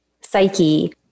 psyche